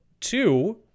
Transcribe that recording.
Two